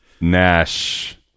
Nash